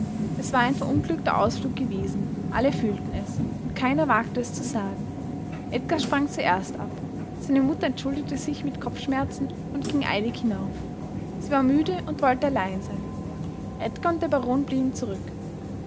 es war ein verunglückter ausflug gewesen alle fühlten es und keiner wagte es zu sagen edgar sprang zuerst ab seine mutter entschuldigte sich mit kopfschmerzen und ging eilig hinauf sie war müde und wollte allein sein edgar und der baron blieben zurück